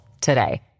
today